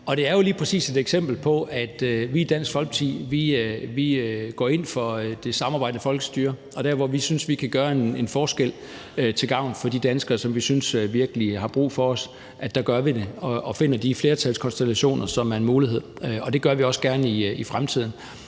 lige præcis et eksempel på, at vi i Dansk Folkeparti går ind for det samarbejdende folkestyre, og at der, hvor vi synes vi kan gøre en forskel til gavn for de danskere, som vi synes virkelig har brug for os, gør vi det. Vi finder de flertalskonstellationer, som er en mulighed, og det gør vi også gerne i fremtiden.